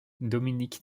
dominique